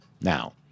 Now